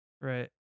Right